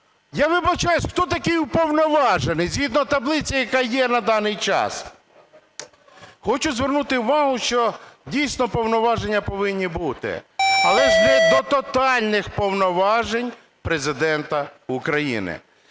Я вибачаюсь, хто такий уповноважений, згідно таблиці, яка є на даний час? Хочу звернути увагу, що дійсно повноваження повинні бути, але ж не до тотальних повноважень Президента України.